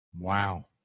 Wow